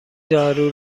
دارو